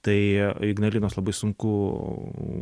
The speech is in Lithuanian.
tai ignalinos labai sunku